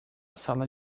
sala